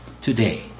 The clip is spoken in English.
Today